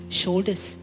shoulders